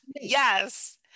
Yes